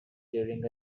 during